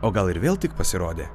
o gal ir vėl tik pasirodė